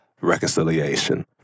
reconciliation